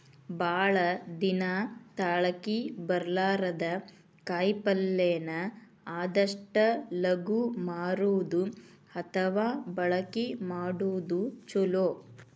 ಭಾಳ ದಿನಾ ತಾಳಕಿ ಬರ್ಲಾರದ ಕಾಯಿಪಲ್ಲೆನ ಆದಷ್ಟ ಲಗು ಮಾರುದು ಅಥವಾ ಬಳಕಿ ಮಾಡುದು ಚುಲೊ